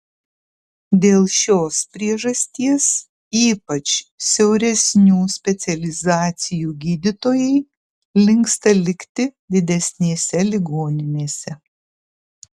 dėl šios priežasties ypač siauresnių specializacijų gydytojai linksta likti didesnėse ligoninėse